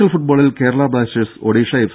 L ഫുട്ബോളിൽ Kerala Blasters Odisha F